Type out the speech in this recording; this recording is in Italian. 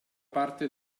parte